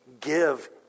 give